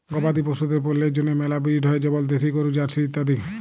গবাদি পশুদের পল্যের জন্হে মেলা ব্রিড হ্য় যেমল দেশি গরু, জার্সি ইত্যাদি